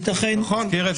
נכון.